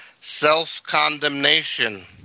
self-condemnation